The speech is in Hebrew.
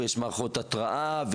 יש מערכות התרעה,